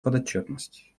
подотчетность